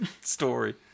story